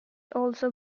also